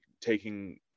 taking